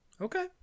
Okay